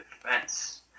defense